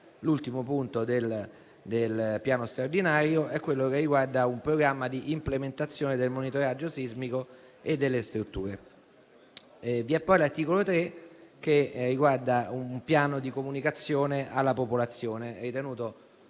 l'ultimo punto del piano straordinario è quello che riguarda un programma di implementazione del monitoraggio sismico e delle strutture. Vi è poi l'articolo 3 che riguarda un piano di comunicazione alla popolazione ritenuto